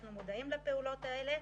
אנחנו מודעים לפעולות האלה,